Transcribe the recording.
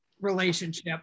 relationship